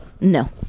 No